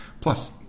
plus